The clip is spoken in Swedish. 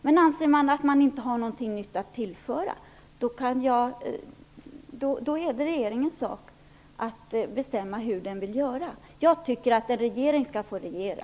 Men anser den att man inte har någonting nytt att tillföra, är det regeringens sak att bestämma hur den vill göra. Jag tycker att en regering skall få regera.